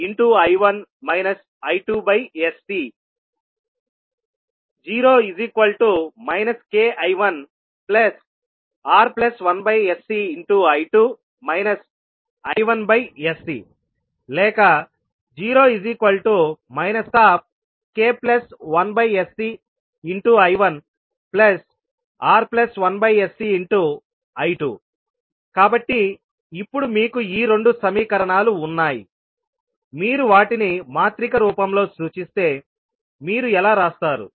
ViR1sCI1 I2sC 0 kI1R1sCI2 I1sCor 0 k1sCI1R1sCI2 కాబట్టి ఇప్పుడు మీకు ఈ 2 సమీకరణాలు ఉన్నాయి మీరు వాటిని మాత్రిక రూపంలో సూచిస్తే మీరు ఎలా వ్రాస్తారు